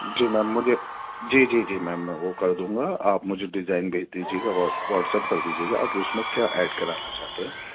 جی ma'am مجھے جی جی جی میم میں وہ کر دوں گا آپ مجھے ڈیزائن بھیج دیجیے گا واس واٹس ایپ کر دیجیے گا آپ اس میں کیا ایڈ کرانا چاہتے ہیں